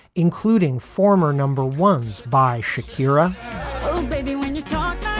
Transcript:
including former number ones by shakira oh, baby, when you talk